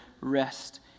rest